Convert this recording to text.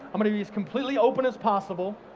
i'm gonna be completely open as possible,